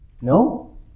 No